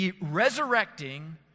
resurrecting